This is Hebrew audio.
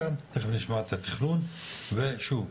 תיכף נשמע את התכנון ושוב,